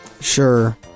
Sure